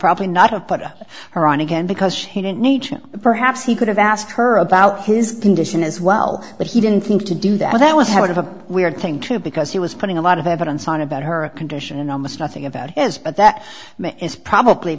probably not have put her on again because she didn't need it perhaps he could have asked her about his condition as well but he didn't think to do that that was have a weird thing too because he was putting a lot of evidence on about her condition and almost nothing about as but that is probably